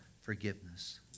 Forgiveness